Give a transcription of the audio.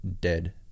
dead